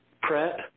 prep